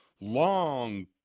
long